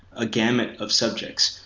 a gamut of subjects,